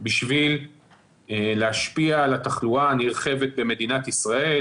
בשביל להשפיע על התחלואה הנרחבת במדינת ישראל